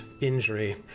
injury